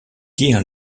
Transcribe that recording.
dear